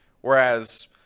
whereas